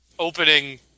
opening